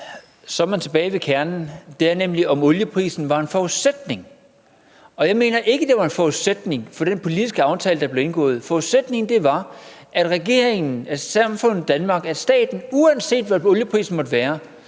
Så er vi tilbage ved kernen, og den er nemlig, om olieprisen var en forudsætning. Og jeg mener ikke, at den var en forudsætning for den politiske aftale, der blev indgået. Forudsætningen var, at regeringen, samfundet Danmark, staten, uanset hvad olieprisen måtte være,